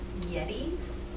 yetis